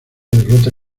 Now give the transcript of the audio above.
derrota